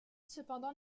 cependant